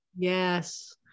yes